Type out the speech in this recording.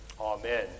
Amen